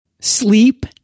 Sleep